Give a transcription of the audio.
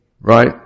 right